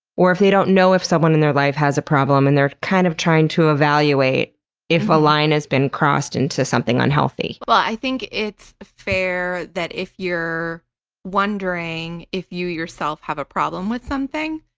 or if they don't know if someone in their life has a problem, and they're kind of trying to evaluate if a line has been crossed into something unhealthy? i think it's fair that if you're wondering if you yourself have a problem with something,